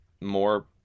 more